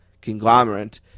conglomerate